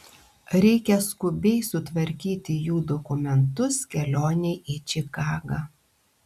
reikia skubiai sutvarkyti jų dokumentus kelionei į čikagą